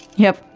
yep,